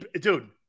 Dude